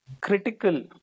critical